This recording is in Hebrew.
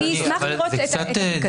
אני אשמח לראות את זה.